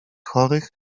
chorych